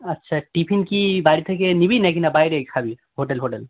আচ্ছা টিফিন কি বাড়ি থেকে নিবি নাকি না বাইরেই খাবি হোটেল ফোটেল